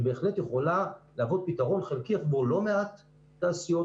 שבהחלט יכולה להוות פתרון חלקי עבור לא מעט תעשיות,